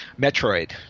Metroid